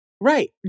right